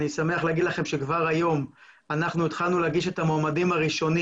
אני שמח להגיד לכם שכבר היום אנחנו התחלתנו להגיש את המועמדים הראשונים